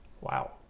Wow